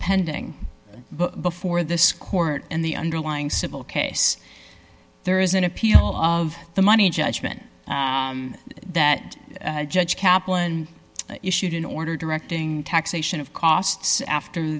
pending before this court and the underlying civil case there is an appeal of the money judgment that judge kaplan issued an order directing taxation of costs after